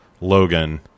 Logan